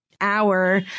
hour